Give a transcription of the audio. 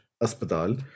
hospital